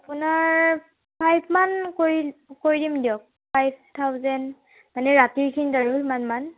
আপোনাৰ ফাইভ মান কৰি কৰি দিম দিয়ক ফাইভ থাউজেণ্ড মানে ৰাতিৰ খিনিত আৰু সিমানমান